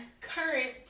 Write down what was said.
current